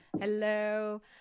Hello